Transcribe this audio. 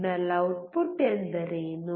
signal output ಎಂದರೇನು